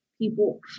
people